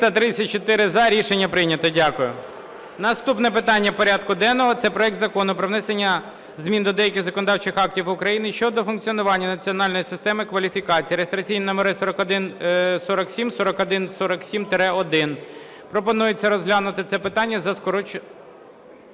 За-334 Рішення прийнято. Дякую. Наступне питання порядку денного – це проект Закону про внесення змін до деяких законодавчих актів України щодо функціонування національної системи кваліфікацій (реєстраційні номери 4147, 4147-1). Пропонується розглянути це питання за скороченою…